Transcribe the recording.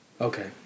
Okay